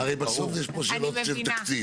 הרי בסוף יש פה שאלות של תקציב,